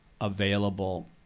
available